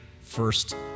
first